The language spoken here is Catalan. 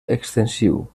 extensiu